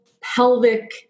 pelvic